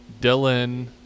dylan